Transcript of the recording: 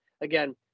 again